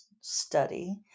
study